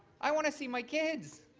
i want to see my kids.